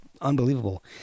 unbelievable